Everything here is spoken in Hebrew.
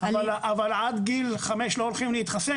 אבל עד גיל חמש לא הולכים להתחסן,